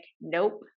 nope